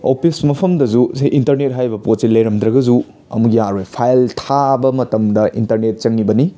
office ꯃꯐꯝꯗꯁꯨ ꯁꯤ internet ꯍꯥꯏꯔꯤꯕ ꯄꯣꯠꯁꯦ ꯂꯩꯔꯝꯗ꯭ꯔꯒꯁꯨ ꯑꯃꯨꯛ ꯌꯥꯔꯣꯏ ꯐꯥꯏꯜ ꯊꯥꯕ ꯃꯇꯝꯗ ꯏꯟꯇꯔꯅꯦꯠ ꯆꯪꯉꯤꯕꯅꯤ